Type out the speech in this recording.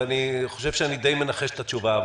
ואני חושב שאני די מנחש את התשובה,